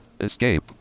Escape